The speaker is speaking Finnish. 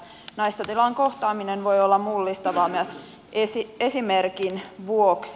naissotilaan kohtaaminen voi olla mullistavaa myös esimerkin vuoksi